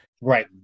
Right